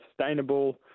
sustainable